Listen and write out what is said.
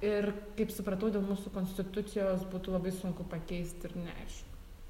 ir kaip supratau dėl mūsų konstitucijos būtų labai sunku pakeisti ir neaišku